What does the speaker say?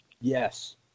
Yes